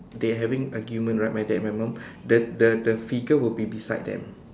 they having argument right my dad and my mum the the the figure will be beside them